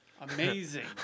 Amazing